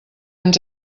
ens